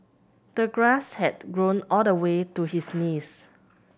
the grass had grown all the way to his knees